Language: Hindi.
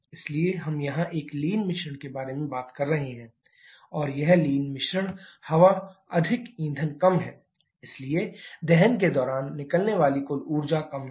इसलिए हम यहां एक लीन मिश्रण के बारे में बात कर रहे हैं और यह लीन मिश्रण हवा अधिक ईंधन कम है इसलिए दहन के दौरान निकलने वाली कुल ऊर्जा कम है